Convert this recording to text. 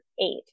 eight